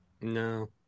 no